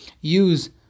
use